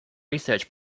research